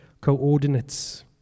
coordinates